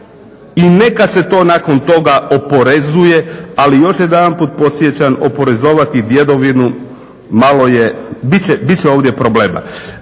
i neka se to nakon toga oporezuje, ali još jedanput podsjećam oporezovati djedovinu malo je, bit će ovdje problema.